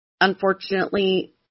Unfortunately